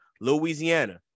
louisiana